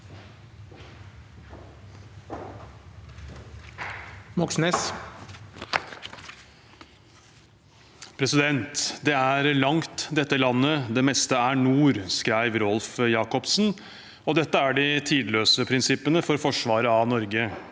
«Det er langt dette landet. Det meste er nord», skrev Rolf Jacobsen, og dette er de tidløse prinsippene for forsvaret av Norge